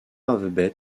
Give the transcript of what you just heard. alphabet